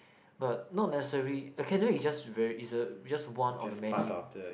but not necessary academic is just very is a is just one of many